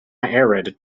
arid